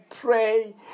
pray